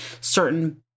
certain